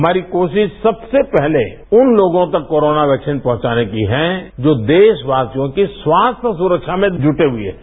हमारी कोशिश सबसे पहले उन लोगों तक कोरोना वैक्सीन पहुंचाने की है जो देशवासियों की स्वास्थ्य सुरक्षा में जुटे हुए थे